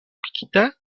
pikite